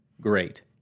great